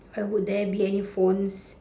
why would be there any phones